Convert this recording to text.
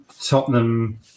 Tottenham